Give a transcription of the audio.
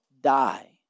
die